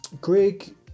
Greg